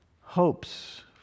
hopes